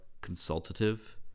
consultative